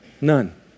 none